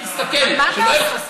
לא,